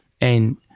and-